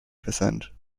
percent